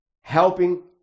helping